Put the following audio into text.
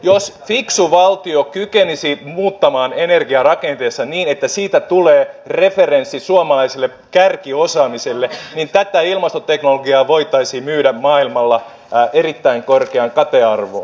jos fiksu valtio kykenisi muuttamaan energiarakenteensa niin että siitä tulee referenssi suomalaiselle kärkiosaamiselle niin tätä ilmastoteknologiaa voitaisiin myydä maailmalla erittäin korkeaan katearvoon